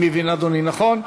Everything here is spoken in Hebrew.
אני מבין, אדוני, נכון?